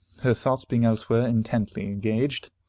her thoughts being elsewhere, intently engaged.